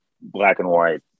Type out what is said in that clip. black-and-white